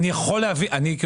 אני נגד.